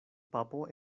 papo